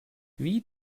wie